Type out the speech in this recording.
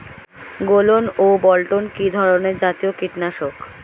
গোলন ও বলটন কি ধরনে জাতীয় কীটনাশক?